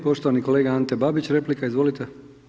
Poštovani kolega Ante Babić replika, izvolite.